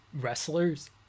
wrestlers